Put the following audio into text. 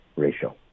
ratio